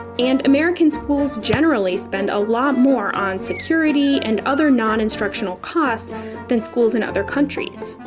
and american schools generally spend a lot more on security and other non-instructional costs than schools in other countries.